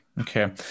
Okay